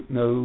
no